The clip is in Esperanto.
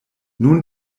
nun